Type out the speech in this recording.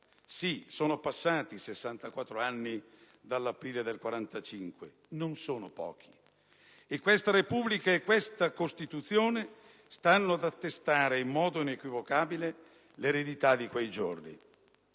Sì, sono passati 64 anni dall'aprile 1945. Non sono pochi, e questa Repubblica e questa Costituzione stanno ad attestare in modo inequivocabile l'eredità di quei giorni.